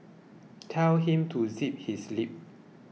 tell him to zip his lip